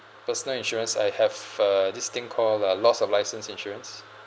personal insurance I have uh this thing call uh lost of license insurance